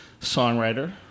songwriter